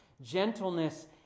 Gentleness